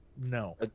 No